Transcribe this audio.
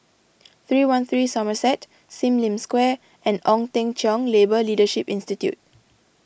three one three Somerset Sim Lim Square and Ong Teng Cheong Labour Leadership Institute